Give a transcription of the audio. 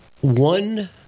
one